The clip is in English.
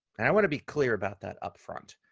i want to be clear about that upfront.